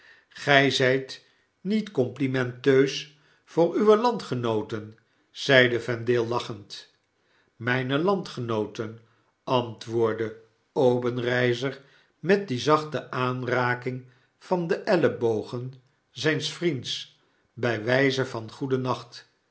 grij zijt niet complimenteus voor uwe landgenooten zeide vendale lachend mijne landgenooten antwoordde obenreizer met die zachte aanraking van de ellebogen zijns vriends bij wijze van